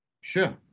Sure